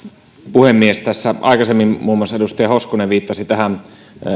puhemies tässä aikaisemmin muun muassa edustaja hoskonen viittasi tähän